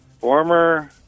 Former